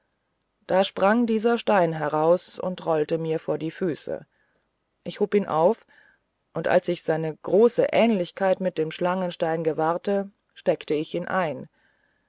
da sprang dieser stein heraus und rollte mir vor die füße ich hob ihn auf und als ich seine große ähnlichkeit mit dem schlangenstein gewahrte steckte ich ihn ein